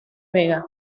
vega